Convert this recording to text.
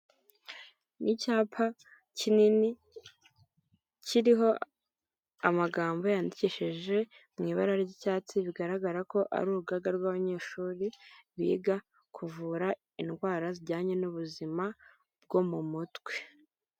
Ni icyapa kinini kiriho amagambo yandikishije mu ibara ry'icyatsi bigaragara ko ari urugaga rw'abanyeshuri biga kuvura indwara zijyanye n'ubuzima bwo mu mutwe.